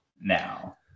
now